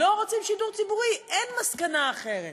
לא רוצים שידור ציבורי, אין מסקנה אחרת.